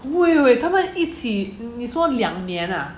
wait wait 他们一起你说两年 ah